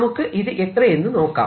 നമുക്ക് ഇത് എത്രയെന്നു നോക്കാം